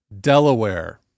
Delaware